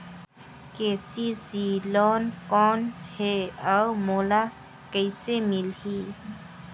KCC loan कौन हे अउ मोला कइसे मिलही?